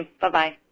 Bye-bye